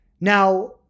Now